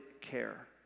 care